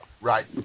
Right